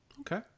Okay